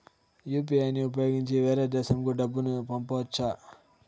UPI ని ఉపయోగించి వేరే దేశంకు డబ్బును పంపొచ్చా?